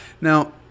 now